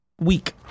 week